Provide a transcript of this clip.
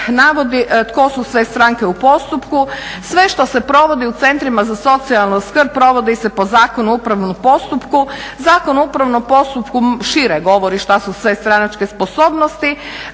navodi tko su sve stranke u postupku. Sve što se provodi u centrima za socijalnu skrb provodi se po Zakonu o upravnom postupku. Zakon o upravnom postupku šire govori što su sve stranačke sposobnosti,